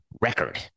record